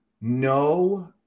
no